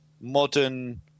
modern